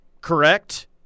correct